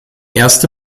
erste